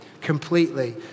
completely